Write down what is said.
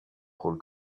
rôle